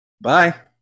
Bye